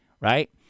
right